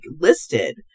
listed